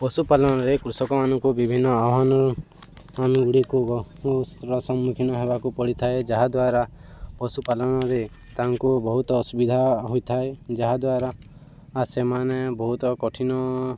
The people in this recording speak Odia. ପଶୁପାଳନରେ କୃଷକମାନଙ୍କୁ ବିଭିନ୍ନ ଆହ୍ୱାନଗୁଡ଼ିକୁର ସମ୍ମୁଖୀନ ହେବାକୁ ପଡ଼ିଥାଏ ଯାହାଦ୍ୱାରା ପଶୁପାଳନରେ ତାଙ୍କୁ ବହୁତ ଅସୁବିଧା ହୋଇଥାଏ ଯାହାଦ୍ୱାରା ସେମାନେ ବହୁତ କଠିନ